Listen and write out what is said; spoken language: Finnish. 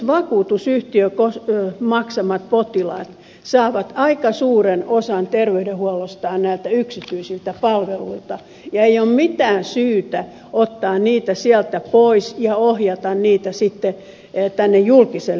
esimerkiksi vakuutusyhtiön maksamat potilaat saavat aika suuren osan terveydenhuollostaan yksityisiltä palveluilta eikä ole mitään syytä ottaa niitä sieltä pois ja ohjata niitä julkiselle puolelle